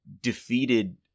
defeated